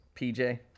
PJ